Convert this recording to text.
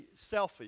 selfie